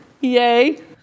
Yay